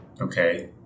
Okay